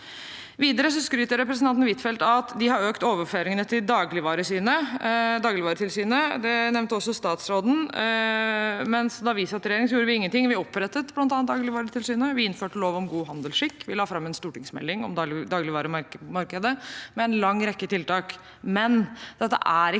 Videre skryter representanten Huitfeldt av at de har økt overføringene til Dagligvaretilsynet – det nevnte også statsråden – mens da vi satt i regjering, gjorde vi ingenting. Vi opprettet bl.a. Dagligvaretilsynet, vi innførte lov om god handelsskikk, og vi la fram en stortingsmelding om dagligvaremarkedet, med en lang rekke tiltak.